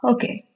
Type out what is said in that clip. Okay